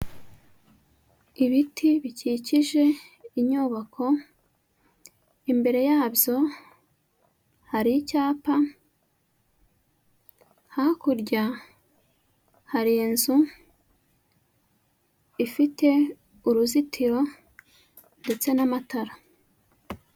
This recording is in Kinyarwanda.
Ibiti bikikije inyubako, imbere yabyo hari icyapa, hakurya hari inzu, ifite uruzitiro ndetse n'amatara.